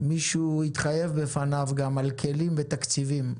מישהו התחייב בפניו גם על כלים ותקציבים.